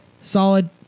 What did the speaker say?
solid